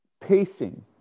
pacing